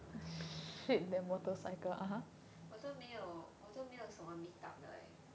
我都没有我都没有什么 meet up 的 leh